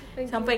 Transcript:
okay